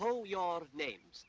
hole your names